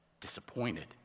disappointed